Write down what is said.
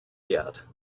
yet